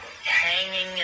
hanging